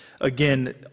again